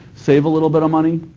save a little bit of money.